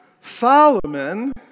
Solomon